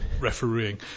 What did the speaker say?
refereeing